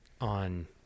on